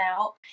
out